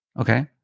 okay